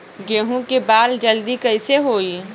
गेहूँ के बाल जल्दी कईसे होई?